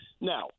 Now